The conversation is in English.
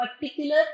particular